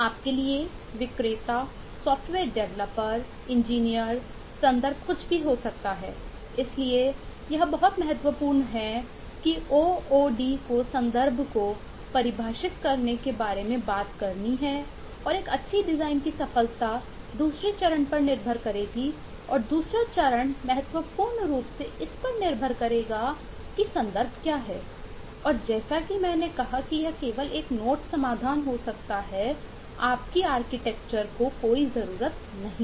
आपके लिए विक्रेता सॉफ्टवेयर डेवलपर को कोई ज़रूरत नहीं है